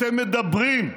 אתם מדברים,